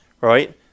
Right